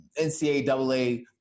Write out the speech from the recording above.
NCAA